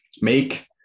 make